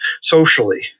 socially